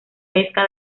pesca